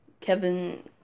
Kevin